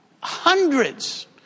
hundreds